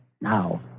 Now